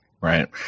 right